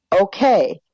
Okay